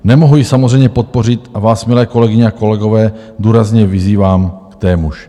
Nemohu ji samozřejmě podpořit a vás, milé kolegyně a kolegové, důrazně vyzývám k témuž.